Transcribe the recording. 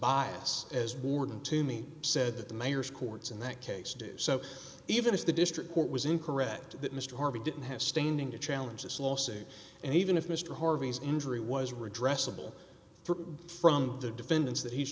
bias as warning to me said that the mayor's courts in that case do so even if the district court was incorrect that mr harvey didn't have standing to challenge this lawsuit and even if mr harvey's injury was redress a bill from the defendants that he's